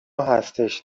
هستش